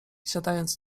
siadając